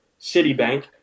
Citibank